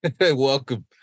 Welcome